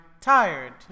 tired